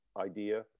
idea